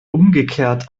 umgekehrt